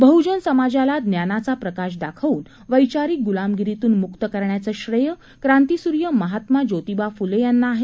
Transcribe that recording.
बहुजन समाजाला ज्ञानाचा प्रकाश दाखवून वैचारिक गुलामगिरीतून मुक्त करण्याचं श्रेय क्रांतीसूर्य महात्मा ज्योतीबा फुले यांना आहे